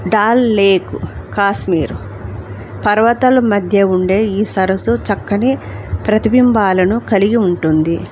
doll lake Kashmir పర్వతాలు మధ్య ఉండే ఈ సరస్సు చక్కని ప్రతిబింబాలను కలిగి ఉంటుంది